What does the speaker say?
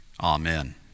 amen